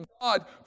God